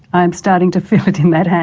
i am starting to feel it in that hand.